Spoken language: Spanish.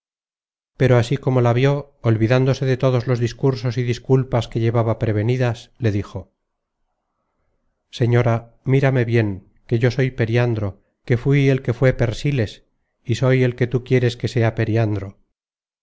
pero así como la vió olvidándose de todos los discursos y disculpas que llevaba prevenidas le dijo señora mírame bien que yo soy periandro que fuí el que fué persíles y soy el que tú quieres que sea periandro